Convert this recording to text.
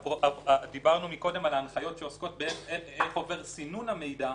דיברנו מקודם על ההנחיות שעוסקות באיך עובר סינון המידע.